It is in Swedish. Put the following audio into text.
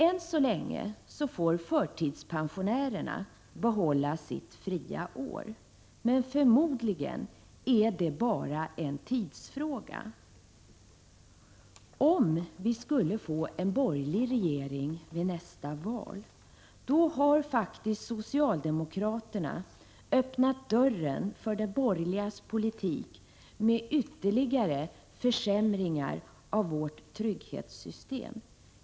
Än så länge får förtidspensionärerna behålla sitt fria år. Men förmodligen är det bara en tidsfråga. Om vi skulle få en borgerlig regering vid nästa val, har faktiskt socialdemokraterna öppnat dörren för de borgerligas politik, med ytterligare försämringar av vårt trygghetssystem.